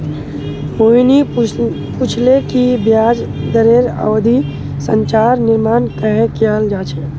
मोहिनी पूछले कि ब्याज दरेर अवधि संरचनार निर्माण कँहे कियाल जा छे